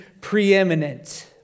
preeminent